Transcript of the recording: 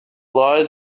lies